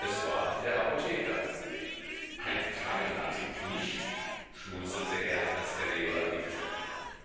es war der apotheker ein feiner trick nicht schmunzelte er als er leo erblickte